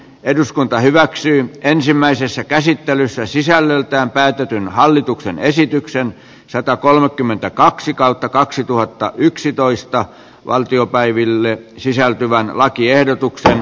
eduskunta hyväksyy ensimmäisessä käsittelyssä sisällöltään täytetyn hallituksen esitykseen satakolmekymmentäkaksi kautta kaksituhattayksitoista valtiopäivillä sisältyvän lakiehdotuksen